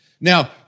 Now